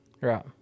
right